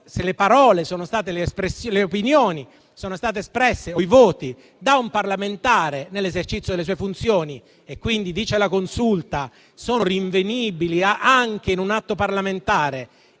Se le opinioni o i voti sono stati espressi da un parlamentare nell'esercizio delle sue funzioni e quindi - dice la Consulta - sono rinvenibili anche in un atto parlamentare